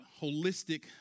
holistic